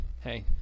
Hey